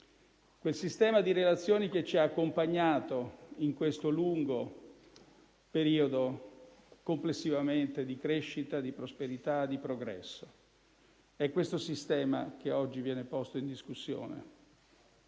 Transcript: quel sistema di relazioni che ci ha accompagnato in questo lungo periodo complessivamente di crescita, prosperità e progresso. È questo sistema che oggi viene posto in discussione.